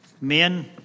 men